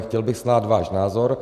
Chtěl bych znát váš názor.